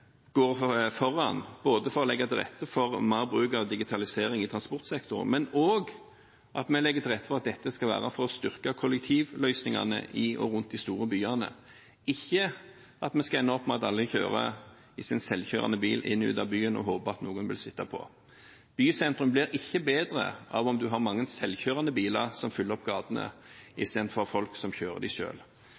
går foran for å legge til rette for mer bruk av digitalisering i transportsektoren, og at vi legger til rette for at dette skal være for å styrke kollektivløsningene i og rundt de store byene – ikke at vi skal ende med at alle kjører i sin selvkjørende bil inn og ut av byen og håper at noen vil sitte på. Bysentrum blir ikke bedre av at en har mange selvkjørende biler som fyller gatene, i stedet for at folk kjører